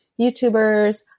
youtubers